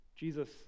Jesus